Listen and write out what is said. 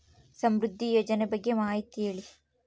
ಸಮೃದ್ಧಿ ಯೋಜನೆ ಬಗ್ಗೆ ಮಾಹಿತಿ ಹೇಳಿ?